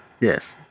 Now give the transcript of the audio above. Yes